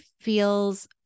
feels